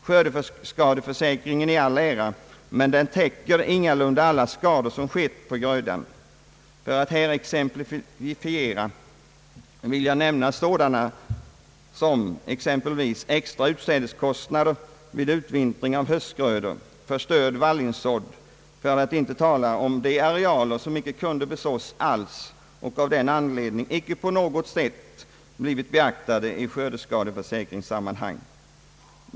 Skördeskadeförsäkringen i all ära, men den täcker ingalunda alla skador som skett på grödan. För att här exemplifiera vill jag nämna extra utsädeskostnader vid utvintring av höstgrödor, förstörd vallningssådd, för att inte tala om de arealer som icke kunde besås alls och av den anledningen icke på något sätt blivit beaktade i skördeskadeförsäkringssammanhang.